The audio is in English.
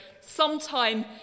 sometime